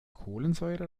kohlensäure